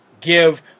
give